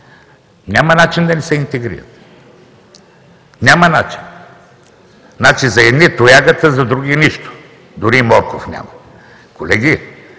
няма начин да не се интегрират. Няма начин! Значи за едни тоягата, за други нищо!? Дори и морков няма. Колеги,